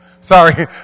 Sorry